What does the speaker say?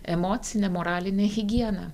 emocinė moralinė higiena